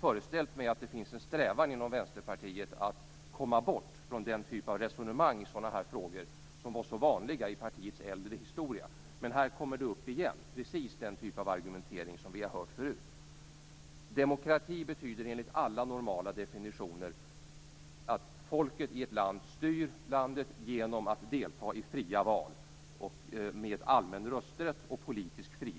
föreställt mig att det finns en strävan inom Vänsterpartiet mot att komma bort från den typ av resonemang i sådana här frågor som var så vanliga i partiets äldre historia. Men här kommer precis den typ av argumentering som vi har hört förut upp igen. Demokrati betyder enligt alla normala definitioner att folket i ett land styr landet genom att delta i fria val med allmän rösträtt och politisk frihet.